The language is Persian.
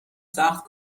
سخت